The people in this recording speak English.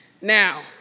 Now